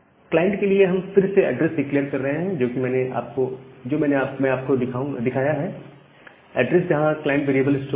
client के लिए हम फिर से एड्रेस डिक्लेअर कर रहे हैं जो कि मैंने आपको दिखाया है एड्रेस जहां क्लाइंट वेरिएबल स्टोर होगा